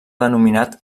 denominat